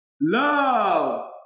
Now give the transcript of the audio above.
love